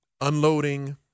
unloading